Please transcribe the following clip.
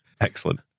Excellent